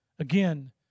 Again